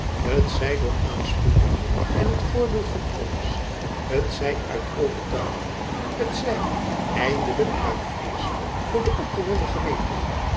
t zij door de aansporing en het voorbeeld van elders t zij uit overtuiging t zij eindelijk uit vrees voor de opgewonden gemeenten